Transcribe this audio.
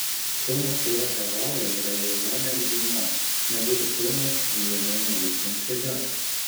filmas kurio herojė yra jauna mergina nebūtų filmas jei jame nevyktų intriga